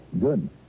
Good